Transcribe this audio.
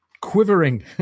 quivering